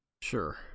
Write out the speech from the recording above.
Sure